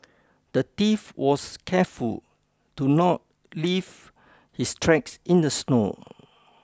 the thief was careful to not leave his tracks in the snow